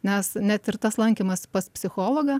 nes net ir tas lankymas pas psichologą